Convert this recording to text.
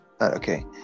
Okay